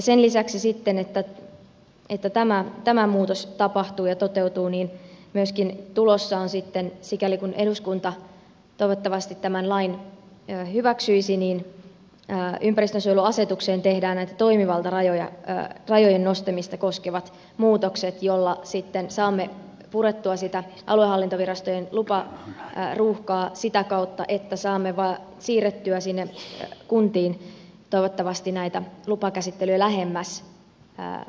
sen lisäksi että tämä muutos tapahtuu ja toteutuu tulossa on sikäli kuin eduskunta toivottavasti tämän lain hyväksyy se että ympäristönsuojeluasetukseen tehdään toimivaltarajojen nostamista koskevat muutokset jolla sitten saamme purettua aluehallintovirastojen luparuuhkaa sitä kautta että saamme toivottavasti siirrettyä lupakäsittelyjä kuntiin lähemmäs sitä maatilaa